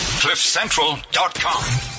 cliffcentral.com